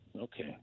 Okay